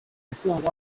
usanga